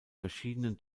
verschiedenen